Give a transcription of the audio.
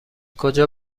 کجا